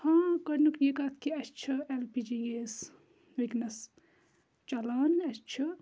ہاں گۄڈٕنیُک یہِ کَتھ کہِ اَسہِ چھِ ایٚل پی جی گیس وُنکیٚنَس چَلان اَسہِ چھِ